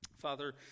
Father